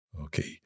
Okay